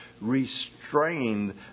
restrained